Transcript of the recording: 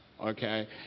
Okay